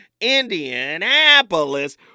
Indianapolis